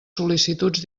sol·licituds